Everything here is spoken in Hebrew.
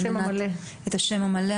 את השם המלא,